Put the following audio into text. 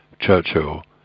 Churchill